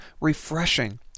refreshing